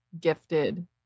gifted